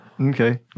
Okay